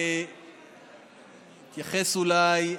אתייחס אולי,